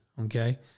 okay